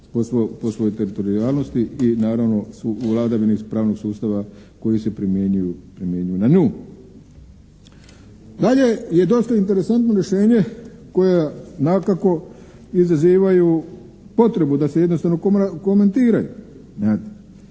po svojoj teritorijalnosti i naravno vladavini pravnog sustava koji se primjenjuju na nju. Dalje je dosta interesantno rješenje koje dakako izazivaju potrebu da se jednostavno komentiraju.